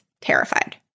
terrified